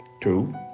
two